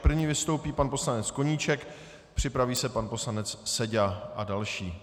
První vystoupí pan poslanec Koníček, připraví se pan poslanec Seďa a další.